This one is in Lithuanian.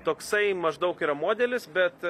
toksai maždaug yra modelis bet